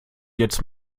jetzt